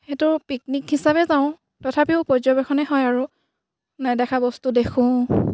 সেইটো পিকনিক হিচাপে যাওঁ তথাপিও পৰ্যবেক্ষণে হয় আৰু নেদেখা বস্তু দেখোঁ